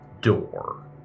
door